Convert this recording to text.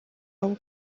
wabo